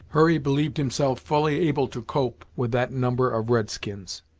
hurry believed himself fully able to cope with that number of red-skins.